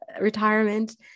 retirement